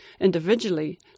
individually